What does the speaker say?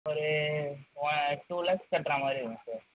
ஒரு ஒரு டூ லேக்ஸ் கட்டுற மாதிரி வரும் சார்